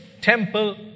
temple